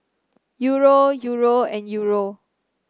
Euro Euro and Euro